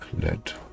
Let